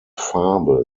farbe